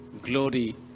glory